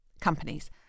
companies